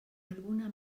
alguna